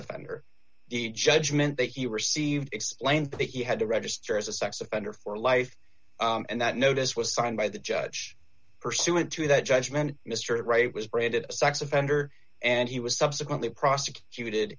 offender a judgment that he received explained that he had to register as a sex offender for life and that notice was signed by the judge pursuant to that judgment mr wright was branded a sex offender and he was subsequently prosecuted